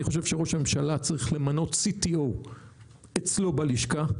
אני חושב שראש הממשלה צריך למנות CTO אצלו בלשכה.